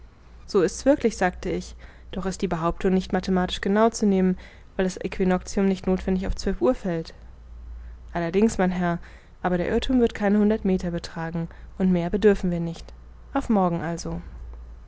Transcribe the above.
so ist's wirklich sagte ich doch ist die behauptung nicht mathematisch genau zu nehmen weil das aequinoctium nicht nothwendig auf zwölf uhr fällt allerdings mein herr aber der irrthum wird keine hundert meter betragen und mehr bedürfen wir nicht auf morgen also